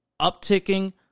upticking